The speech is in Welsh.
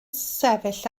sefyll